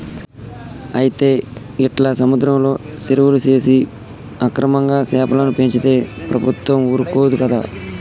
అయితే గీట్ల సముద్రంలో సెరువులు సేసి అక్రమంగా సెపలను పెంచితే ప్రభుత్వం ఊరుకోదు కదా